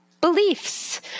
beliefs